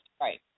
Right